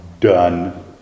Done